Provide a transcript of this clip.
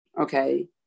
okay